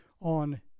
on